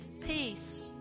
peace